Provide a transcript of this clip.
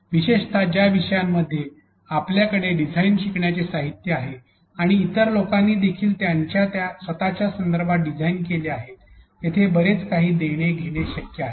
विशेषतः ज्या विषयांमध्ये आपल्याकडे डिझाइन शिकण्याचे साहित्य आहे आणि इतर लोकांनी देखील त्यांच्या स्वतच्या संदर्भात डिझाइन केलेले आहेत तेथे बरेच काही देणे घेणे शक्य आहे